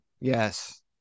Yes